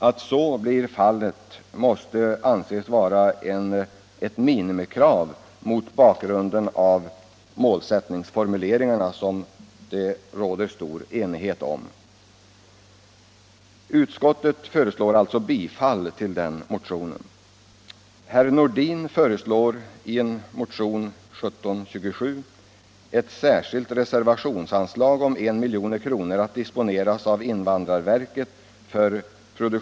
Att så blir fallet måste anses vara ett minimikrav mot bakgrund av målsättningsformuleringarna, som det råder stor enighet om.